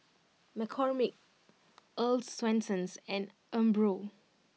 McCormick Earl's Swensens and Umbro